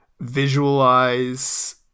visualize